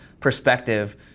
perspective